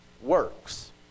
Works